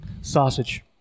Sausage